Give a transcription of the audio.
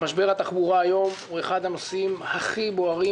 שמשבר התחבורה היום הוא אחד הנושאים הכי בוערים,